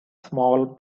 small